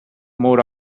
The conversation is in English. more